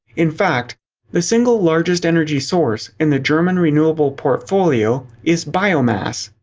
in fact the single largest energy source in the german renewable portfolio is biomass.